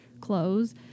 clothes